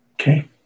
Okay